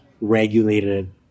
regulated